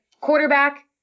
quarterback